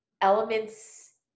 elements